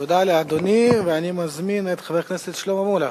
תודה לאדוני, ואני מזמין את חבר הכנסת שלמה מולה.